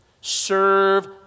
Serve